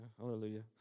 hallelujah